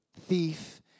thief